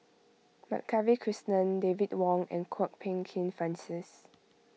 Madkavi Krishnan David Wong and Kwok Peng Kin Francis